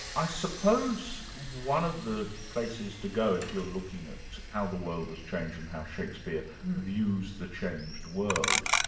i suppose one of the places to go if you're looking at how the world has changed and how shakespeare views the changed world,